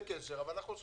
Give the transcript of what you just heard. למה צריך